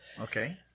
Okay